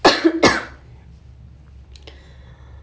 !aiya! so sian